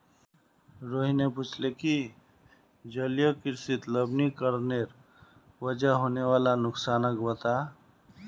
रोहिणी पूछले कि जलीय कृषित लवणीकरनेर वजह होने वाला नुकसानक बता